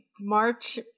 March